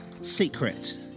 secret